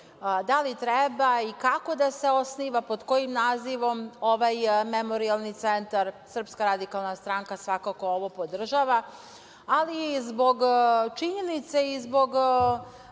da li treba i kako da se osniva, pod kojim nazivom ovaj Memorijalni centar. Srpska radikalna stranka svakako ovo podržava, ali i zbog činjenica i zbog